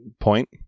point